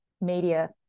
media